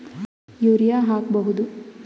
Urea ಹಾಕ್ ಬಹುದ?